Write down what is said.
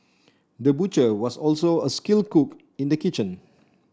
the butcher was also a skilled cook in the kitchen